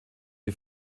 die